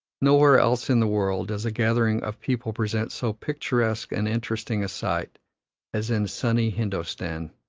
nowhere else in the world does a gathering of people present so picturesque and interesting a sight as in sunny hindostan.